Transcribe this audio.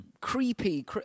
creepy